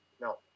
No